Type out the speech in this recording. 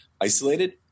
isolated